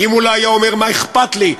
אם הוא לא היה אומר: מה אכפת לי?